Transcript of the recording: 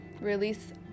release